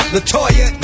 Latoya